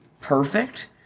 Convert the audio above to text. perfect